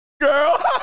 Girl